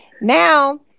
Now